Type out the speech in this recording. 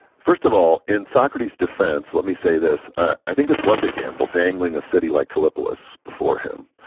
first of all, in socrates defense, let me say this. i think this was a gamble, dangling a city like kallipolis before him.